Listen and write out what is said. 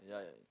yeah